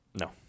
No